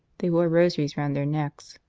they wore rosaries round their necks.